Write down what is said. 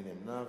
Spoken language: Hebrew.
מי נמנע?